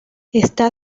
está